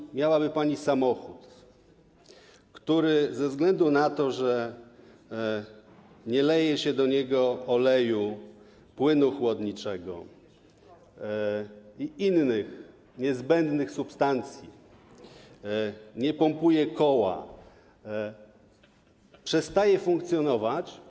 Jeżeli miałaby pani samochód, który ze względu na to, że nie leje się do niego oleju, płynu chłodniczego i innych niezbędnych substancji, nie pompuje koła, przestaje funkcjonować, to.